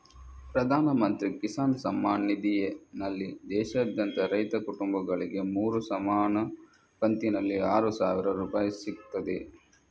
ಪ್ರಧಾನ ಮಂತ್ರಿ ಕಿಸಾನ್ ಸಮ್ಮಾನ್ ನಿಧಿನಲ್ಲಿ ದೇಶಾದ್ಯಂತ ರೈತ ಕುಟುಂಬಗಳಿಗೆ ಮೂರು ಸಮಾನ ಕಂತಿನಲ್ಲಿ ಆರು ಸಾವಿರ ರೂಪಾಯಿ ಸಿಗ್ತದೆ